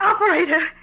Operator